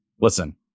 Listen